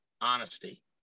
Honesty